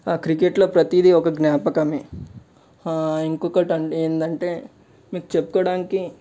ఆ క్రికెట్లో ప్రతిదీ ఒకటి జ్ఞాపకమే ఇంకొకటి ఏంటి అంటే మీకు చెప్పుకోవడానికి